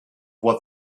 what